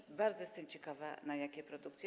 I bardzo jestem ciekawa, na jakie produkcje.